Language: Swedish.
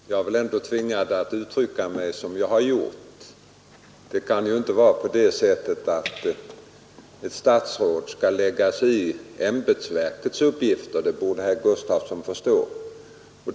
Herr talman! Jag är väl ändå tvingad att uttrycka mig som jag har gjort. Det kan inte vara på det sättet att ett statsråd skall lägga sig i ämbetsverkets uppgifter, det borde herr Gustafsson i Säffle förstå.